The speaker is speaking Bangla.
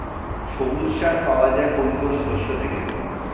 সবুজ সার পাওয়া যায় কোন কোন শস্য থেকে?